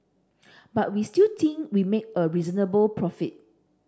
but we still think we made a reasonable profit